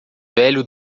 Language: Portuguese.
velho